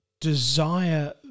desire